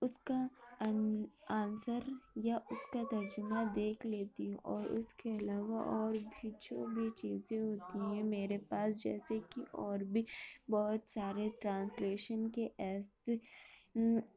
اس کا ان آنسر یا اس کا ترجمہ دیکھ لیتی ہوں اور اس کے علاوہ اور بھی جو بھی چیزیں ہوتی ہیں میرے پاس جیسے کہ اور بھی بہت سارے ٹرانسلیشن کے ایسے